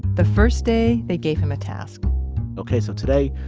the first day, they gave him a task okay, so today,